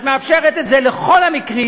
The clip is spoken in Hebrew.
את מאפשרת את זה לכל המקרים.